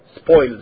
spoils